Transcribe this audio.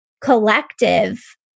collective